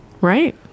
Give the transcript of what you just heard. Right